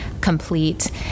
complete